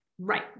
Right